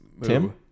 Tim